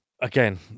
again